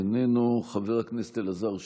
איננו, חבר הכנסת אלעזר שטרן,